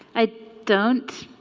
i don't